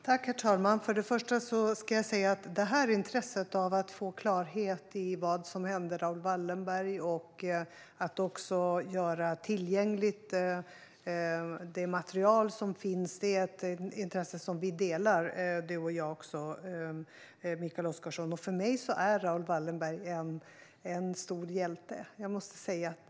Herr talman! Först ska jag säga att intresset av att få klarhet i vad som hände Raoul Wallenberg och att tillgängliggöra det material som finns är något som Mikael Oscarsson och jag delar. För mig är Raoul Wallenberg en stor hjälte.